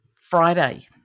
Friday